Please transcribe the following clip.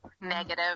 negative